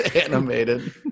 Animated